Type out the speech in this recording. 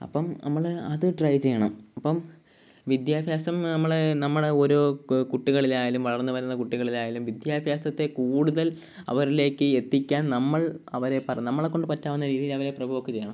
അപ്പം നമ്മൾ അത് ട്രൈ ചെയ്യണം അപ്പം വിദ്യാഭ്യാസം നമ്മളെ നമ്മുടെ ഒരു കുട്ടികളിലായാലും വളർന്ന് വരുന്ന കുട്ടികളിലായാലും വിദ്യാഭ്യാസത്തെ കൂടുതൽ അവരിലേക്ക് എത്തിക്കാൻ നമ്മൾ അവരെ നമ്മളെക്കൊണ്ട് പറ്റാവുന്ന രീതിയിൽ അവരെ പ്രെവോക്ക് ചെയ്യണം